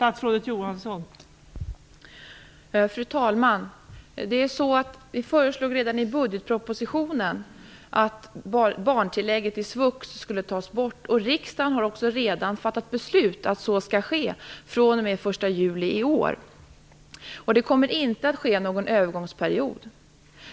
Fru talman! Vi föreslog redan i budgetpropositionen att barntillägget i svux skulle tas bort. Riksdagen har också redan fattat beslut att så skall ske den 1 juli i år. Det kommer inte att finnas någon övergångsperiod.